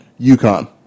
UConn